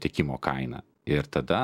tiekimo kainą ir tada